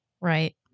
right